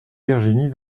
virginie